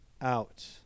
out